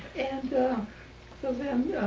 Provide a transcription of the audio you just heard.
and so then